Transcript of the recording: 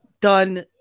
done